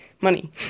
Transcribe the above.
money